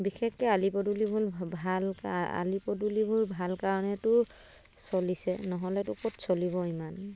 বিশেষকৈ আলি পদূলিবোৰ ভাল আলি পদূলিবোৰ ভাল কাৰণেতো চলিছে নহ'লেতো ক'ত চলিব ইমান